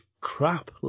crap